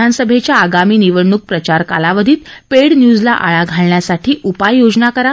राज्य विधानसभेच्या आगामी निवडणूक प्रचारकालावधीत पेड न्यूजला आळा घालण्यासाठी उपाय योजना करा